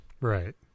right